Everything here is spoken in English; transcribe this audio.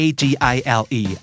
Agile